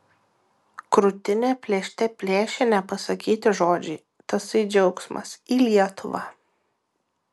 krūtinę plėšte plėšė nepasakyti žodžiai tasai džiaugsmas į lietuvą